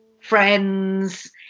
friends